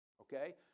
okay